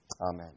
Amen